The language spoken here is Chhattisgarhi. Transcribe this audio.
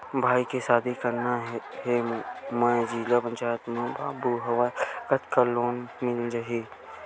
भाई के शादी करना हे मैं जिला पंचायत मा बाबू हाव कतका लोन मिल जाही?